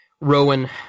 Rowan